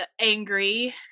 angry